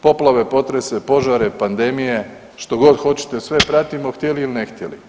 Poplave, potrese, požare, pandemije, što god hoćete, sve pratimo htjeli ili ne htjeli.